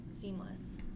seamless